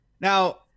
now